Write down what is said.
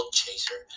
chaser